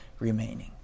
remaining